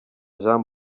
jean